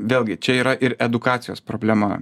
vėlgi čia yra ir edukacijos problema